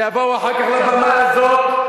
ויבואו אחר כך לבמה הזאת,